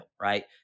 right